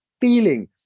feeling